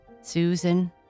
Susan